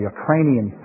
Ukrainian